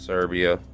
Serbia